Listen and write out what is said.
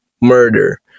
murder